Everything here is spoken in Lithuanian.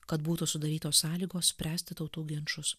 kad būtų sudarytos sąlygos spręsti tautų ginčus